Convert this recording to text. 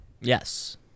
Yes